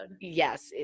Yes